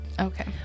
okay